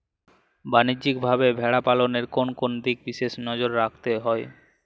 বাণিজ্যিকভাবে ভেড়া পালনে কোন কোন দিকে বিশেষ নজর রাখতে হয়?